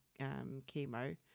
chemo